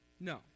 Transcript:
No